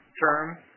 term